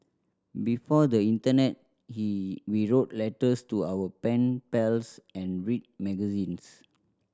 before the internet he we wrote letters to our pen pals and read magazines